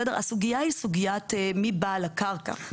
הסוגיה היא סוגיית מי בעל הקרקע,